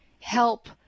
help